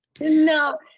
no